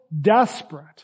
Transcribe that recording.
desperate